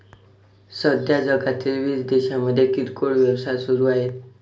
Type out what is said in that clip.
सध्या जगातील वीस देशांमध्ये किरकोळ व्यवसाय सुरू आहेत